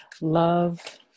love